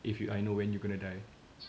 if you I know when you gonna die